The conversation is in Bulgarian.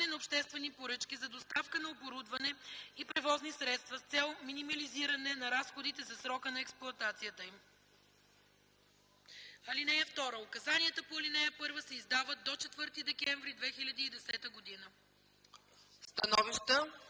на обществени поръчки за доставка на оборудване и превозни средства с цел минимализиране на разходите за срока на експлоатацията им. (2) Указанията по ал. 1 се издават до 4 декември 2010 г.”